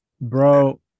Bro